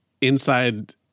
inside